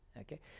okay